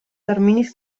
terminis